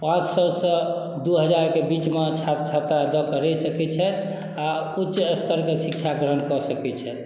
पाँच सएसँ दू हजारके बीचमे छात्र छात्रा दऽ कऽ रहि सकैत छथि आ उच्च स्तरके शिक्षा ग्रहण कऽ सकैत छथि